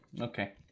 Okay